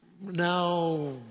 now